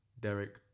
Derek